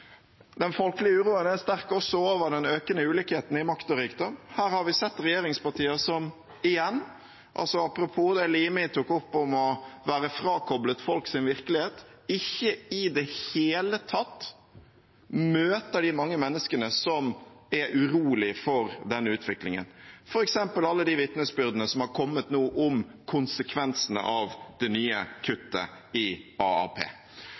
Den folkelige uroen er også sterk over den økende ulikheten i makt og rikdom. Her har vi sett regjeringspartier som igjen – apropos det som representanten Limi tok opp om å være frakoblet folks virkelighet – ikke i det hele tatt møter de mange menneskene som er urolige for den utviklingen, f.eks. alle de vitnesbyrdene som har kommet nå om konsekvensene av det nye kuttet i